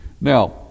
Now